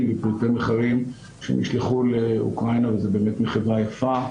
ופריטים אחרים שנשלחו לאוקראינה וזה באמת מחווה יפה,